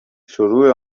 شروع